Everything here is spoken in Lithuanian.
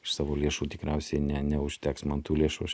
iš savo lėšų tikriausiai ne neužteks man tų lėšų aš